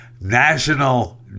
National